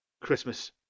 Christmas